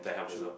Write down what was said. true